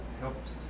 helps